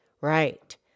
Right